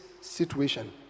situation